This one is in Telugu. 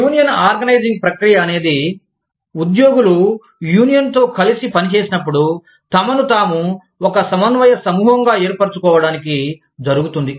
యూనియన్ ఆర్గనైజింగ్ ప్రక్రియ అనేది ఉద్యోగులు యూనియన్తో కలిసి పనిచేసినప్పుడు తమను తాము ఒక సమన్వయ సమూహంగా ఏర్పరచుకోవడానికి జరుగుతుంది